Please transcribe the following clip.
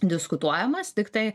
diskutuojamas tiktai